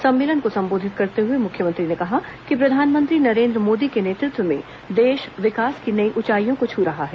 सम्मेलन को संबोधित करते हए मुख्यमंत्री ने कहा कि प्रधानमंत्री नरेन्द्र मोदी के नेतृत्व में देश विकास की नई ऊंचाईयों को छू रहा है